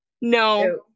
No